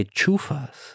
chufas